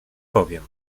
powiem